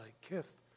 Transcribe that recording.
kissed